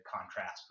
contrast